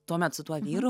tuomet su tuo vyru